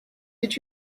did